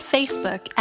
Facebook